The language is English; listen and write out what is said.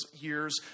years